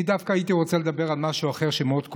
אני דווקא הייתי רוצה לדבר על משהו אחר שמאוד כואב,